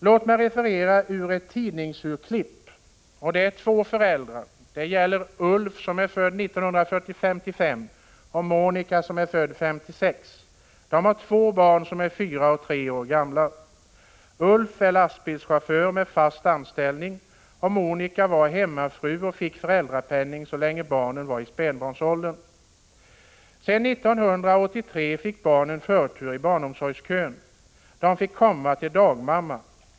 Låt mig referera en tidningsartikel som gäller två föräldrar — Ulf, som är född 1955, och Monika som är född 1956. De har två barn, fyra och tre år gamla. Ulf är lastbilschaufför med fast anställning. Monika var hemmafru och fick föräldrapenning så länge barnen var i spädbarnsåldern. Sedan 1983 fick barnen förtur i barnomsorgskön. De fick komma till dagmamma.